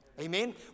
Amen